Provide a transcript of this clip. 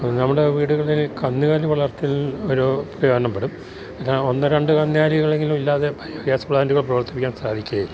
അത് നമ്മുടെ വീടുകളിൽ കന്നുകാലി വളർത്തലിനും പ്രയോജനപ്പെടും പിന്നെ ഒന്ന് രണ്ട് കന്നുകാലികളെങ്കിലും ഇല്ലാതെ ബയോഗ്യാസ് പ്ലാൻറ്റുകൾ പ്രവർത്തിപ്പിക്കാൻ സാധിക്കുകയില്ല